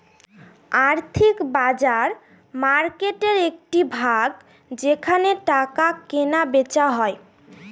আর্থিক বাজার মার্কেটের একটি ভাগ যেখানে টাকা কেনা বেচা হয়